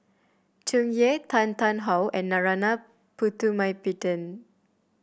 Tsung Yeh Tan Tarn How and Narana Putumaippittan